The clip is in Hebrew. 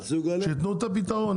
שייתנו את הפתרון.